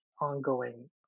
ongoing